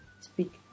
speak